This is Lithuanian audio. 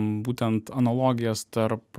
būtent analogijas tarp